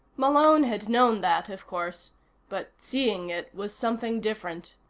malone had known that, of course but seeing it was something different.